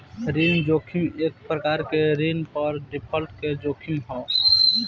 ऋण जोखिम एक प्रकार के ऋण पर डिफॉल्ट के जोखिम ह